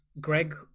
Greg